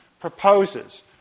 proposes